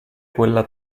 quella